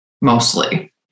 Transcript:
mostly